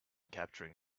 capturing